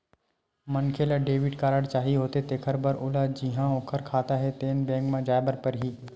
मनखे ल debit card चाही होथे तेखर बर ओला जिहां ओखर खाता हे तेन बेंक म जाए बर परही